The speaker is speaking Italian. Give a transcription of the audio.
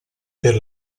per